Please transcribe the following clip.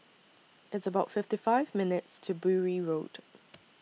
It's about fifty five minutes' to Bury Road